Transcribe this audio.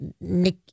Nick